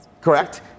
correct